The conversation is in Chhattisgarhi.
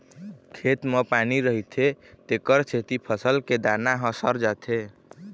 खेत म पानी रहिथे तेखर सेती फसल के दाना ह सर जाथे